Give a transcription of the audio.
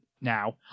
now